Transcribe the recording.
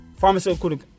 pharmaceutical